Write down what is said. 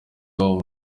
bwabo